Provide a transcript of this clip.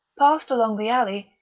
passed along the alley,